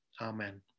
Amen